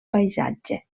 paisatge